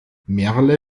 merle